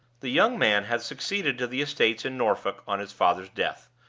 the young man had succeeded to the estates in norfolk on his father's death,